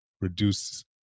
reduce